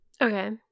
Okay